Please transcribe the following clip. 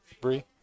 Bree